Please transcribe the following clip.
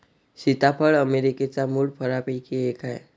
सीताफळ अमेरिकेच्या मूळ फळांपैकी एक आहे